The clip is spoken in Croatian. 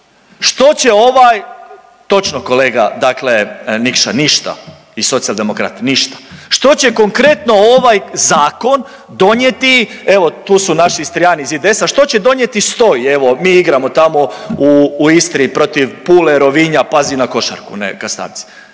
Što će ovaj, točno kolega dakle Nikša, ništa, iz Socijaldemokrata, ništa. Što će konkretno ovaj zakon donijeti evo tu su naši Istrijani iz IDS-a, što će donijeti …/Govornik se ne razumije/… evo mi igramo tamo u Istri protiv Pule, Rovinja, Pazina košarku na